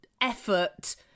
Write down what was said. effort